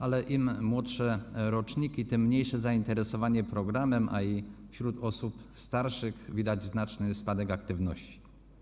Ale im młodsze roczniki, tym mniejsze zainteresowanie programem, a i wśród osób starszych widać znaczny spadek aktywności.